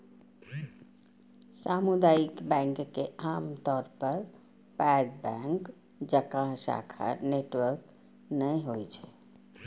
सामुदायिक बैंक के आमतौर पर पैघ बैंक जकां शाखा नेटवर्क नै होइ छै